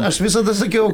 aš visada sakiau